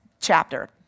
chapter